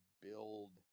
build